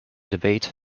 debate